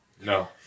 No